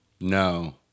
No